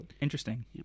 Interesting